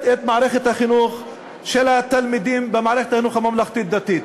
את מערכת החינוך של התלמידים בחינוך הממלכתי-דתי.